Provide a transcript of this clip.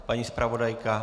Paní zpravodajka?